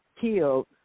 killed